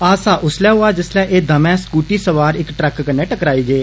हादसा उसलै होआ जिसलै एह् दमैं स्कूटी सोआर इक ट्रक कन्नै टकराई गे